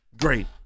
great